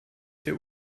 der